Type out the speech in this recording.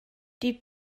die